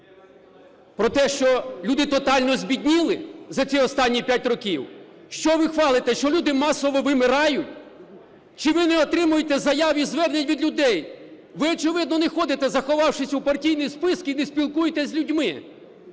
Про те, що люди тотально збідніли за ці останні 5 років? Що ви хвалите, що люди масово вимирають? Чи ви не отримуєте заяв і звернень від людей? Ви, очевидно, не ходите, заховавшись у партійні списки, і не спілкуєтесь з людьми.